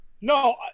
no